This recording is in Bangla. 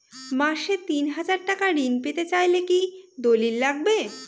মাসে তিন হাজার টাকা ঋণ পেতে চাইলে কি দলিল লাগবে?